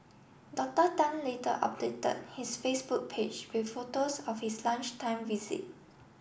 Doctor Tan later updated his Facebook page with photos of his lunchtime visit